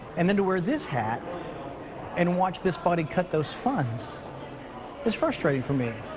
and then to wear this hat and watch this body cut those funds is frustrating for me,